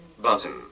button